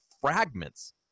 fragments